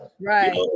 right